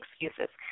excuses